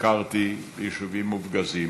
ביקרתי ביישובים מופגזים,